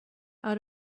out